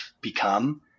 become